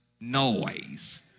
noise